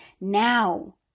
now